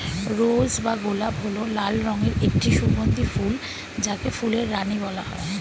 রোজ বা গোলাপ হল লাল রঙের একটি সুগন্ধি ফুল যাকে ফুলের রানী বলা হয়